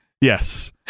Yes